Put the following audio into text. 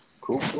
Cool